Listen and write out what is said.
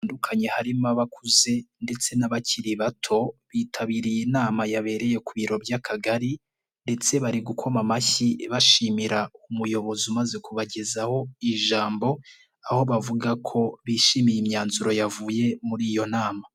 Batandukanye harimo abakuze ndetse n'abakiri bato, bitabiriye inama yabereye ku biro by'akagari ndetse bari gukoma amashyi bashimira umuyobozi umaze kubagezaho ijambo, aho bavuga ko bishimiye imyanzuro yavuye muri iyo nama.